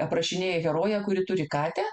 aprašinėja heroję kuri turi katę